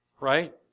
Right